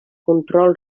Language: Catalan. control